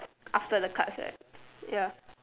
after the cards right ya